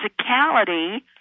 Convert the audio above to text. physicality